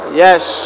yes